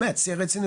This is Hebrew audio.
באמת, שיא הרצינות.